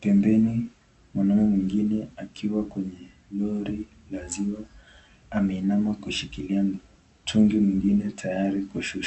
pembeni mwanaume mwingine akiwa kwenye lori la ziwa ameinama kushikilia mtungi mwingine tayari kushusha